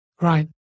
Right